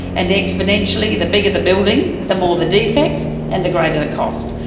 and exponentially the bigger the building the more the defects and the greater the cost.